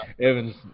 Evan's